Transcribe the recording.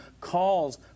calls